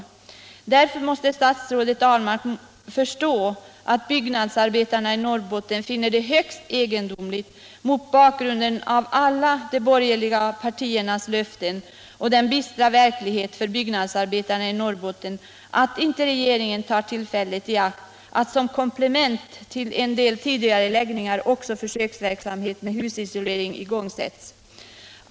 — ningen för bygg Därför måste statsrådet Ahlmark förstå att byggnadsarbetarna i Norr — nadsarbetare i botten finner det högst egendomligt, mot bakgrunden av alla de borgerliga — Norrbotten partiernas löften och den bistra verkligheten för byggnadsarbetarna i Norrbotten, att regeringen inte tar tillfället i akt att som komplement till en del tidigareläggningar också igångsätta försöksverksamheten med husisolering.